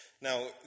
Now